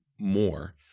more